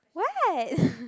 what